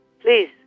Please